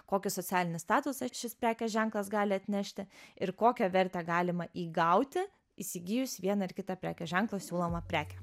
kokį socialinį statusą šis prekės ženklas gali atnešti ir kokią vertę galima įgauti įsigijus vieną ar kitą prekės ženklo siūlomą prekę